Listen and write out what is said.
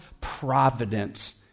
providence